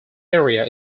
area